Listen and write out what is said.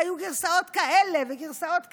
והיו גרסאות כאלה וגרסאות כאלה,